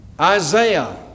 Isaiah